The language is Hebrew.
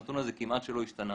הנתון הזה כמעט שלא השתנה.